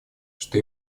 что